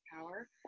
power